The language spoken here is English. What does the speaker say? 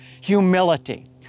humility